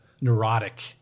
neurotic